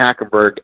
Hackenberg